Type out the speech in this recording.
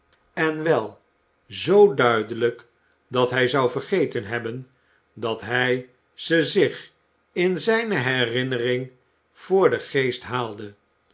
en wel zoo duidelijk dat hij zou vergeten hebben dat hij ze zich in zijne herinnering voor den geest haalde